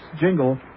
jingle